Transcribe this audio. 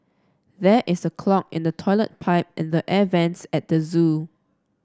there is a clog in the toilet pipe and the air vents at the zoo